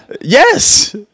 Yes